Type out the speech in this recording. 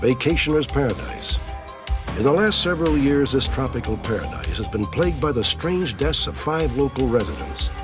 vacationer's paradise. in the last several years, this tropical paradise has been plagued by the strange deaths of five local residents.